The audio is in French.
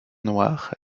noir